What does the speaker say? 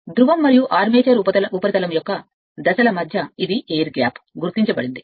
ధ్రువం మరియు ఆర్మేచర్ ఉపరితలం యొక్క దశల మధ్య ఎయిర్ గ్యాప్ ఇదిఎయిర్ గ్యాప్ గుర్తించబడింది